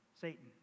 Satan